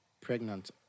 pregnant